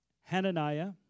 Hananiah